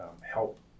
help